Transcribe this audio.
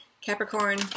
Capricorn